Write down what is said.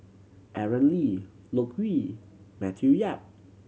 Aaron Lee Loke Yew Matthew Yap